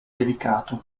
delicato